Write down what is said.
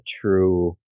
true